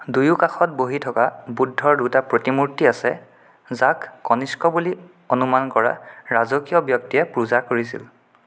দুয়ো কাষত বহি থকা বুদ্ধৰ দুটা প্ৰতিমূৰ্তি আছে যাক কনিষ্ক বুলি অনুমান কৰা ৰাজকীয় ব্যক্তিয়ে পূজা কৰিছিল